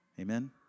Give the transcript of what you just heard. Amen